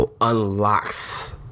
Unlocks